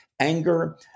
anger